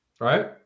Right